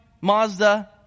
Mazda